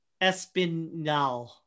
Espinal